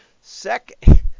Second